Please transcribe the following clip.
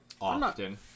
Often